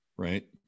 Right